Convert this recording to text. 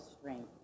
strength